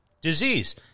disease